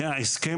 תראי,